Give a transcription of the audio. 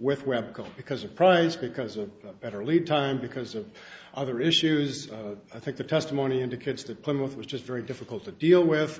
with web because a price because of better lead time because of other issues i think the testimony indicates that plymouth was just very difficult to deal with